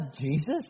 Jesus